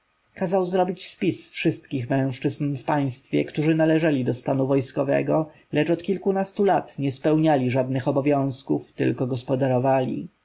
kazał zrobić spis wszystkich mężczyzn w państwie którzy należeli do stanu wojskowego lecz od kilkunastu lat nie spełniali żadnych obowiązków tylko gospodarowali